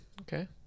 Okay